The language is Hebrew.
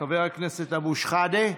חבר הכנסת אבו שחאדה,